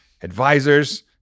advisors